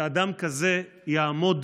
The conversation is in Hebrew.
שאדם כזה יעמוד